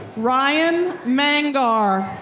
ryan mangar.